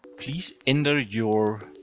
please enter your